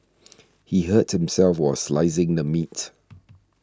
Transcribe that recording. he hurt himself while slicing the meat